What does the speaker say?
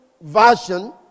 version